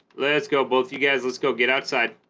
let's go both you guys let's go get outside